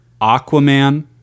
Aquaman